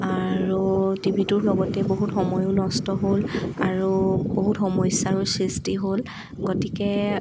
আৰু টিভিটোৰ লগতে বহুত সময়ো নষ্ট হ'ল আৰু বহুত সমস্য়াৰো সৃষ্টি হ'ল গতিকে